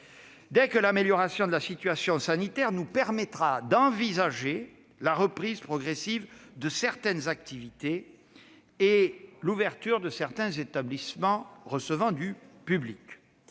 dès que l'amélioration de la situation sanitaire nous permettra d'envisager la reprise progressive de certaines activités et l'ouverture de quelques établissements recevant du public.